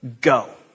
go